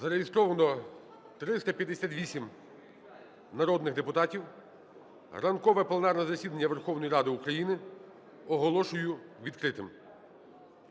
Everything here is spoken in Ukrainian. Зареєстровано 358 народних депутатів. Ранкове пленарне засідання Верховної Ради України оголошую відкритим.